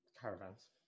Caravans